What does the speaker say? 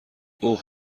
اُه